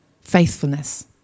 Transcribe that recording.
faithfulness